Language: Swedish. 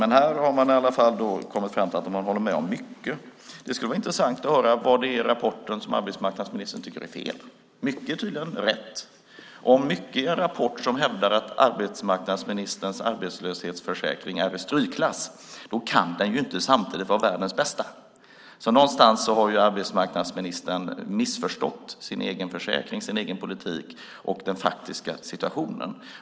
Men här han i alla fall kommit fram till att han håller med om mycket. Det skulle vara intressant att höra vad det är i rapporten som arbetsmarknadsministern tycker är fel. Mycket är tydligen rätt. Om mycket i en rapport hävdar att arbetsmarknadsministerns arbetslöshetsförsäkring är i strykklass kan den ju inte samtidigt vara världens bästa. Någonstans har alltså arbetsmarknadsministern missförstått sin egen försäkring, sin egen politik och den faktiska situationen.